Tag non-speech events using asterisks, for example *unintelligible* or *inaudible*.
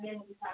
*unintelligible*